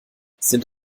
sind